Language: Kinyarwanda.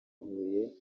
huye